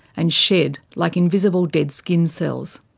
and shed like invisible dead skin cells.